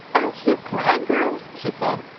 aren't you glad, girls? she said.